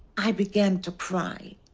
i began to cry.